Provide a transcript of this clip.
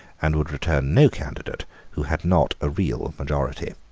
and would return no candidate who had not a real majority.